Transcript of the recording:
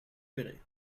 verrez